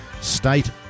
State